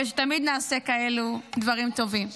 ושתמיד נעשה דברים טובים כאלו.